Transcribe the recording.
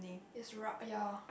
is ra~ ah ya